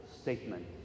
statement